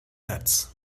nets